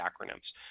acronyms